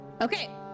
Okay